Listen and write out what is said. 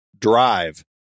Drive